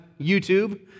YouTube